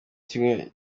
kimwe